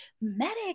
medic